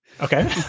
okay